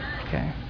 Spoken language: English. Okay